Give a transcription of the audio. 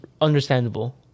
understandable